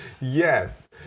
Yes